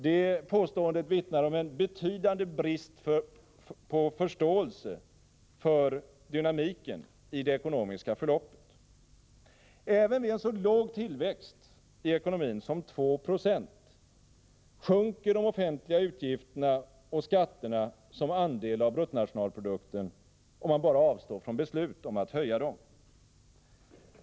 Det påståendet vittnar om en betydande brist på förståelse för dynamiken i det ekonomiska förloppet. Även vid en så låg tillväxt i ekonomin som 2 26 sjunker de offentliga utgifterna och skatterna som andel av bruttonationalprodukten, om man bara avstår från beslut om att höja dem.